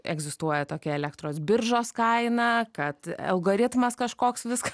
egzistuoja tokia elektros biržos kaina kad algoritmas kažkoks viską